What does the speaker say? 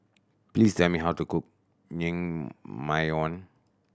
please tell me how to cook Naengmyeon